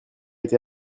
été